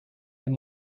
near